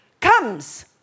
comes